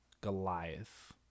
Goliath